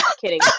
kidding